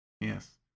Yes